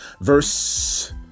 Verse